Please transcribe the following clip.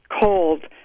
cold